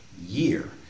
year